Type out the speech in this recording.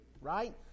right